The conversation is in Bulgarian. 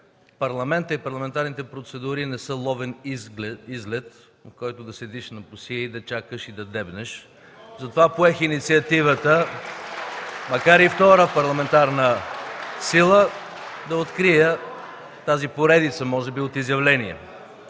Парламентът и парламентарните процедури не са ловен излет, в който да седиш на пусия и да чакаш, да дебнеш. (Ръкопляскания от ДПС.) Затова поех инициативата, макар и втора парламентарна сила, да открия тази поредица може би от изявления.